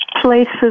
places